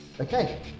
Okay